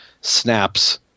snaps